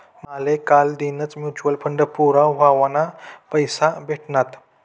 माले कालदीनच mutual fund पूरा व्हवाना पैसा भेटनात